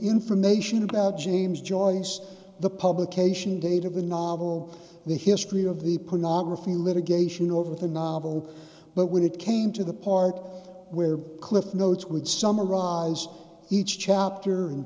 information about james joyce the publication date of a novel the history of the phnom refuse litigation over the novel but when it came to the part where cliff notes would summarize each chapter and